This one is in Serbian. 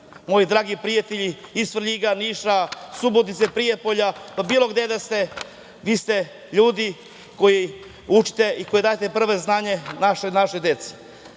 moji dragi prijatelji iz Svrljiga, Niša, Subotice, Prijepolja, bilo gde da ste, vi ste ljudi koji učite i koji dajete prva znanja našoj deci. Kao